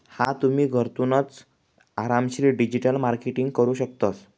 हा तुम्ही, घरथूनच आरामशीर डिजिटल मार्केटिंग करू शकतस